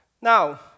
Now